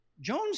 Jones